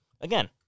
again